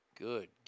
Good